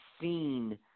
seen